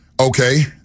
Okay